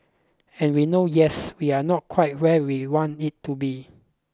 and we know yes we are not quite where we want it to be